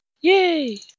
Yay